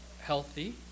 healthy